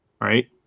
right